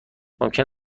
ممکن